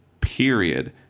period